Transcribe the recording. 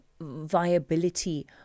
viability